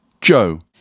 Joe